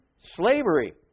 Slavery